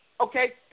Okay